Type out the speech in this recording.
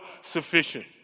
Sufficient